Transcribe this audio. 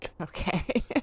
Okay